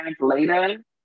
later